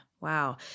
Wow